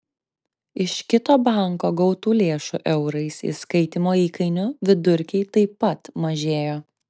iš kito banko gautų lėšų eurais įskaitymo įkainių vidurkiai taip pat mažėjo